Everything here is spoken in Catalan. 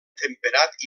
temperat